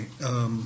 right